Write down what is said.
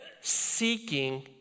seeking